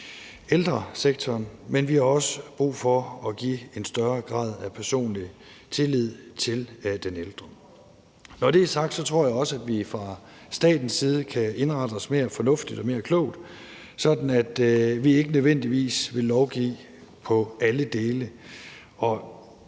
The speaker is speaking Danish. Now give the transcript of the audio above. ældresektoren, men vi har også brug for at give en større grad af personlig tillid til den ældre. Når det er sagt, tror jeg også, at vi fra statens side kan indrette os mere fornuftigt og mere klogt, sådan at vi ikke nødvendigvis vil lovgive på alle dele,